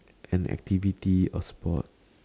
an activity a sport